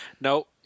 No